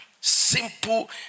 simple